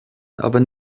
aber